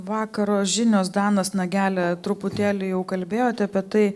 vakaro žinios danas nagelė truputėlį jau kalbėjote apie tai